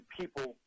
people